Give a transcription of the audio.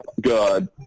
good